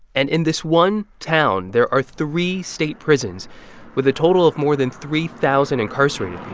and in this one town, there are three state prisons with a total of more than three thousand incarcerated